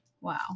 Wow